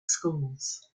schools